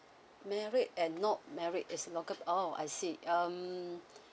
marriage and not marriage is local oh I see um